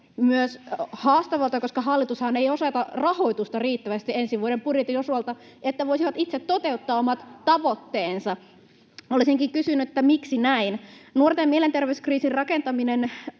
myös haastavilta, koska hallitushan ei osoita rahoitusta riittävästi ensi vuoden budjetin osalta, että voisivat itse toteuttaa omat tavoitteensa. Olisinkin kysynyt, miksi näin. Nuorten mielenterveyskriisin ratkaiseminen